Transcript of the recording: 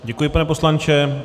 Děkuji, pane poslanče.